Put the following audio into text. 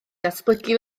ddatblygu